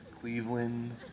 Cleveland